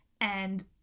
and-